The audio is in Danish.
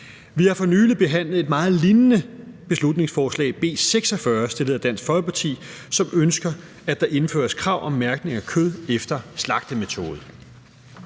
Vi har for nylig behandlet et meget lignende beslutningsforslag, B 46, fremsat af Dansk Folkeparti, som ønsker, at der indføres krav om mærkning af kød efter slagtemetode.